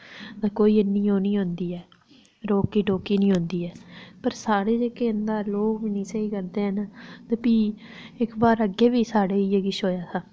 ते कोई इन्नी ओह् निं औंदी ऐ रोकी टोकी निं औंदी ऐ पर साढ़े जेह्के लोग न तां स्हेई निं करदे हैन ते इक बार साढ़े बी अग्गै इ'यै किश होआ हा